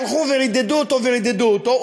והלכו ורידדו אותו ורידדו אותו,